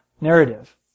narrative